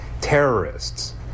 terrorists